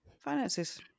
finances